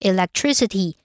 Electricity